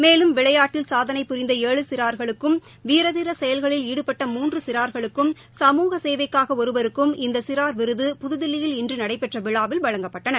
மேலும் விளையாட்டில் சாதனை புரிந்த ஏழு சிறார்களுக்கும் வீர தீர செயல்களில் ஈடுபட்ட மூன்று சிறார்களுக்கும் சமூக சேவைக்காக ஒருவருக்கும் இந்த விருது புதுதில்லியில் இன்று நடைபெற்ற விழாவில் வழங்கப்பட்டன